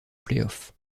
playoffs